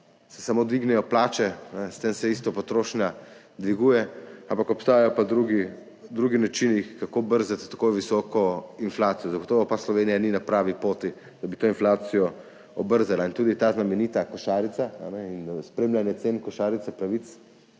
se samo dvignejo plače, s tem se enako potrošnja dviguje, ampak obstajajo pa drugi načini, kako brzdati tako visoko inflacijo, zagotovo pa Slovenija ni na pravi poti, da bi to inflacijo obrzdala. In tudi ta znamenita košarica in spremljanje cen košarice pravic